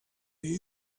you